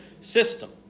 system